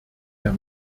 der